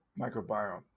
microbiome